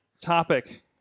Topic